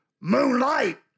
Moonlight